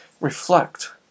reflect